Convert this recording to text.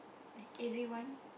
like everyone